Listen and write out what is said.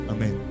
Amen